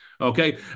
Okay